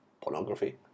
pornography